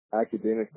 academic